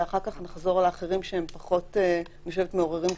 ואחר כך נחזור לאחרים שהם פחות מעוררים קשיים.